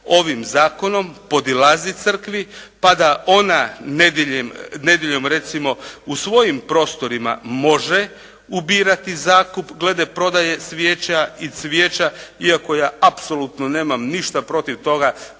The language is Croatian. ovim zakonom podilazi crkvi pa da ona nedjeljom recimo u svojim prostorima može ubirati zakup glede prodaje svijeća i cvijeća iako ja apsolutno nemam ništa protiv toga